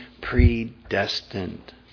predestined